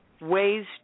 ways